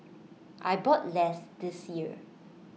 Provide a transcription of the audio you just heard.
I bought less this year